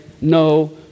no